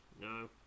No